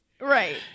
Right